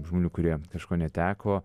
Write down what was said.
žmonių kurie kažko neteko